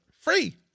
free